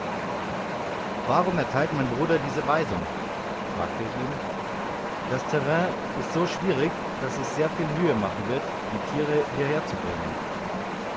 warum erteilt mein bruder diese weisung fragte ich ihn das terrain ist so schwierig daß es sehr viel mühe machen wird die tiere hierher zu